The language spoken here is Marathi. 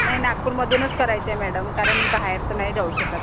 नाही नागपूरमधूनच करायचं आहे मॅडम कारण मी बाहेर तर नाही जाऊ शकत